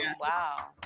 Wow